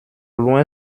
loin